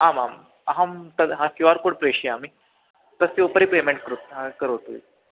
आमाम् अहं तद् हा क्यू आर् कोड् प्रेषयिष्यामि तस्य उपरि पेमेण्ट् कृत् करोतु